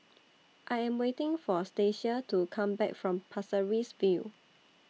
I Am waiting For Stacia to Come Back from Pasir Ris View